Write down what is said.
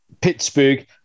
Pittsburgh